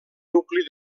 nucli